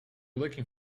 looking